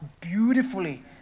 beautifully